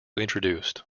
introduced